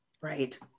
Right